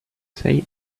say